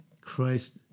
Christ